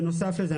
בנוסף לזה,